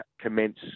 commence